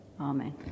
Amen